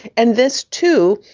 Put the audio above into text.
and this, too,